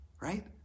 right